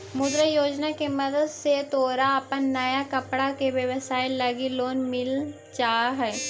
मुद्रा योजना के मदद से तोहर अपन नया कपड़ा के व्यवसाए लगी लोन मिल जा हई